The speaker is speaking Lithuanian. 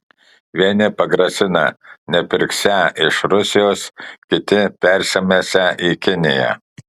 vieni pagrasina nepirksią iš rusijos kiti persimesią į kiniją